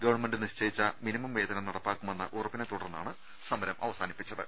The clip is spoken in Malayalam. ഗവൺമെന്റ് നിശ്ചയിച്ച മിനിമം വേതനം നടപ്പാക്കുമെന്ന ഉറപ്പിനെത്തുടർന്നാണ് സമരം അവസാനിപ്പിച്ചത്